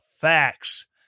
facts